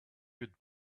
good